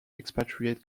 expatriate